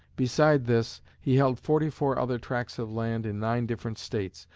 beside this, he held forty-four other tracts of land in nine different states,